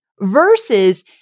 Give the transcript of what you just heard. versus